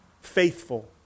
faithful